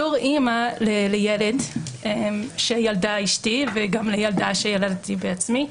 בתור אימא לילד שילדה אשתי וגם לילדה שילדתי בעצמי,